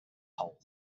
hole